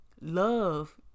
love